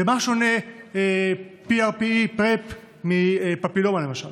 במה שונה PrEP מפפילומה, למשל?